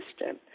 system